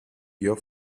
your